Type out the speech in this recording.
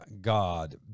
God